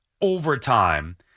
overtime